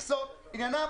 מכסות הן לא מעניינם, עניינם